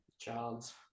Charles